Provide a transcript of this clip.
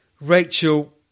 Rachel